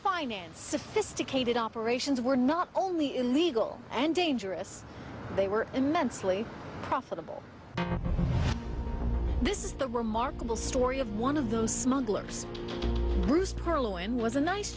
financed sophisticated operations were not only illegal and dangerous they were immensely profitable this is the remarkable story of one of those smugglers bruce